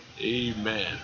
Amen